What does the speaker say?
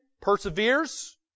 perseveres